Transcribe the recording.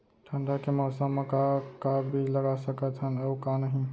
ठंडा के मौसम मा का का बीज लगा सकत हन अऊ का नही?